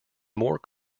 more